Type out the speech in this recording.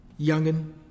Youngin